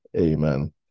Amen